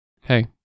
hey